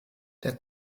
der